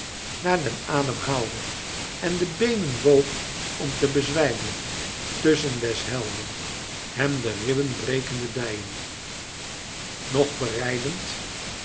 naar den adem haalde en de beenen boog om te bezwijmen tusschen des helden hem de ribben brekende dijen nog berijdend